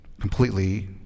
completely